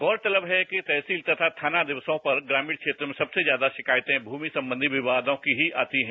गौरतलब है कि तहसील तथा थाना दिवसों पर ग्रामीण क्षेत्रों में सबसे ज्यादा शिकायतें भूमि संबंधी विवादों की ही आती है